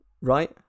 right